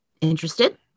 Interested